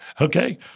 Okay